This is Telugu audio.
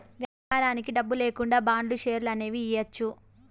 వ్యాపారానికి డబ్బు లేకుండా బాండ్లు, షేర్లు అనేవి ఇయ్యచ్చు